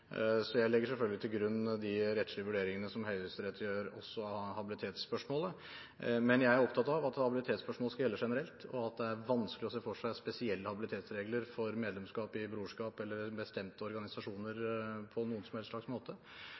så jeg legger selvfølgelig til grunn de rettslige vurderingene som Høyesterett gjør også av habilitetsspørsmålet. Men jeg er opptatt av at habilitetsspørsmål skal gjelde generelt, og at det er vanskelig å se for seg spesielle habilitetsregler for medlemskap i brorskap eller bestemte organisasjoner på noen som helst slags måte.